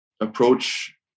approach